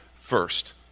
first